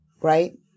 right